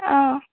অঁ